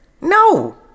No